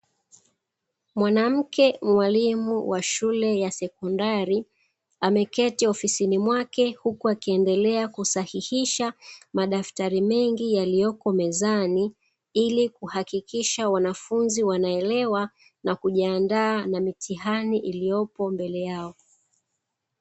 Mwanamke mwalimu wa shule ya sekondari, ameketi ofisini mwake huku akiendelea kusahihisha madaftari mengi yaliyoko mezani, ili kuhakikisha wanafunzi wanaelewa na kujiandaa na mitihani iliyopo mbele yao.